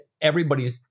everybody's